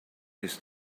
his